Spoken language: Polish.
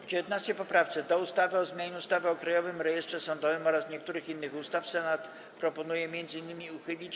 W 19. poprawce do ustawy o zmianie ustawy o Krajowym Rejestrze Sądowym oraz niektórych innych ustaw Senat proponuje m.in. uchylić